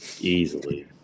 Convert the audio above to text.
Easily